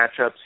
matchups